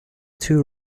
two